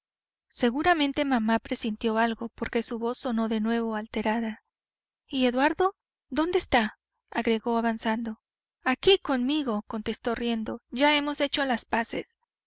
seguramente mamá presintió algo porque su voz sonó de nuevo alterada y eduardo dónde está agregó avanzando aquí conmigo contestó riendo ya hemos hecho las paces